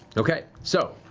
okay, so,